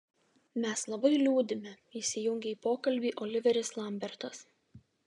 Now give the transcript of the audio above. mes labai liūdime įsijungė į pokalbį oliveris lambertas